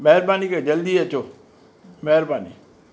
महिरबानी करे जल्दी अचो महिरबानी